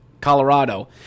Colorado